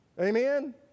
amen